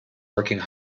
working